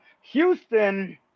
Houston